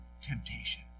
Temptation